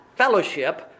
fellowship